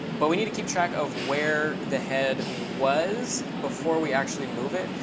but we need to keep track of where the head was before we actually move it.